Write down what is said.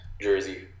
jersey